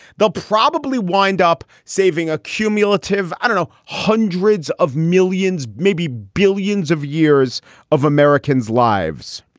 they'll probably wind up saving a cumulative, i dunno, hundreds of millions, maybe billions of years of americans lives.